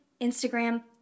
Instagram